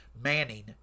manning